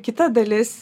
kita dalis